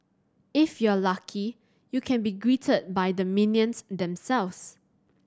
if you're lucky you can be greeted by the minions themselves